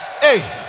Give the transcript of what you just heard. Hey